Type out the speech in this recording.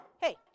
hey